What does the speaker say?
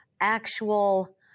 actual